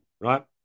right